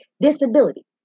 Disability